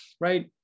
Right